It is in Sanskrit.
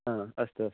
हा अस्तु अस्तु